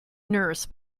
nurse